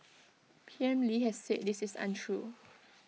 P M lee has said this is untrue